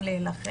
של תלונות נגד